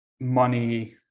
money